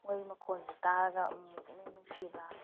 ꯃꯣꯏꯒꯤ ꯃꯈꯣꯟꯁꯦ ꯇꯥꯔꯒ ꯑꯃꯨꯛ ꯑꯃꯨꯛ ꯄꯨꯛꯅꯤꯡ ꯅꯤꯡꯁꯤꯕ